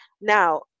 now